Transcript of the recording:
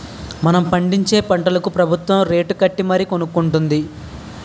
మనం పండించే పంటలకు ప్రబుత్వం రేటుకట్టి మరీ కొనుక్కొంటుంది